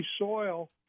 soil